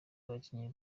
abakinnyi